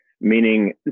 meaning